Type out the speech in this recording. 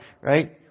right